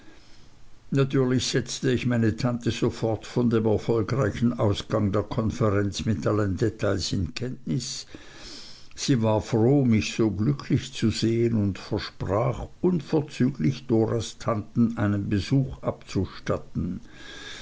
natürlich setzte ich meine tante sofort von dem erfolgreichen ausgang der konferenz mit allen details in kenntnis sie war froh mich so glücklich zu sehen und versprach unverzüglich doras tanten einen besuch abzustatten